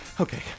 Okay